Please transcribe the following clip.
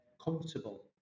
comfortable